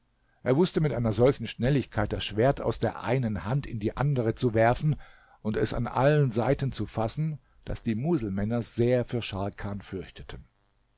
er wußte mit einer solchen schnelligkeit das schwert aus der einen hand in die andere zu werfen und es an allen seiten zu fassen daß die muselmänner sehr für scharkan fürchteten